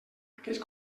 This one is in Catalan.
aquests